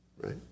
right